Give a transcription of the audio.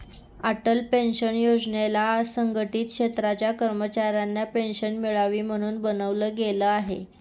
Atal pension योजनेला असंघटित क्षेत्राच्या कर्मचाऱ्यांना पेन्शन मिळावी, म्हणून बनवलं गेलं आहे